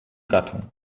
gattung